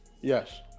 Yes